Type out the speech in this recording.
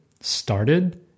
started